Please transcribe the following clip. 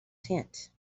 tent